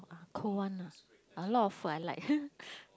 cold one lah a lot of food I like